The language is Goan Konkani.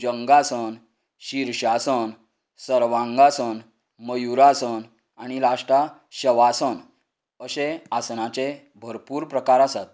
भुजंगासन शिर्शासन सर्वांगासन मयुरासन आनी लाश्टाक शवासन अशें आसनाचे भरपूर प्रकार आसात